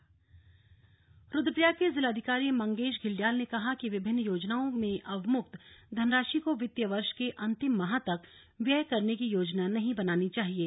समीक्षा रुद्रप्रयाग के जिलाधिकारी मंगेश घिल्डियाल ने कहा कि विभिन्न योजनाओं में अवमुक्त धनराशि को वित्तीय वर्ष के अंतिम माह तक व्यय करने की योजना नही बनानी चाहिये